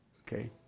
Okay